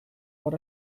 hor